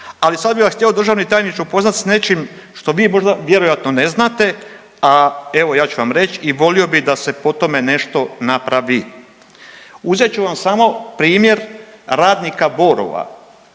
Ali, sad bi vas htio, državni tajniče, upoznati s nečim što vi možda vjerojatno ne znate, a evo, ja ću vam reći i volio bih da se po tome nešto napravi. Uzet ću vam samo primjer radnika Borova,